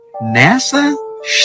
nasa